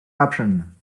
option